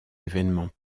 événement